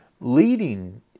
leading